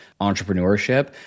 entrepreneurship